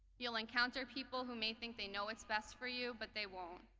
you'll encounter people who may think they know what's best for you, but they won't.